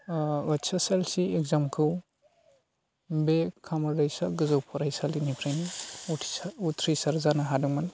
ओ H S L C एक्जामखौ बे खामारदैसा गोजौ फरायसालिनिफ्रायनो उथ्रिसार जानो हादोंमोन